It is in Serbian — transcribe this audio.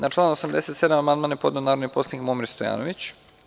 Na član 87. amandman je podneo narodni poslanik Momir Stojanović.